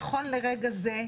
נכון לרגע זה,